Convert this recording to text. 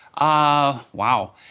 Wow